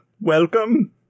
welcome